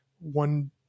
one